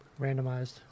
Randomized